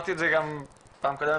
אמרתי את זה גם בפעם הקודמת,